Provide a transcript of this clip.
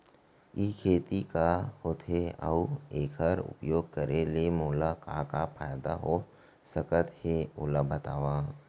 ई खेती का होथे, अऊ एखर उपयोग करे ले मोला का का फायदा हो सकत हे ओला बतावव?